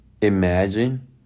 imagine